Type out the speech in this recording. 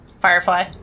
Firefly